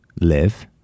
live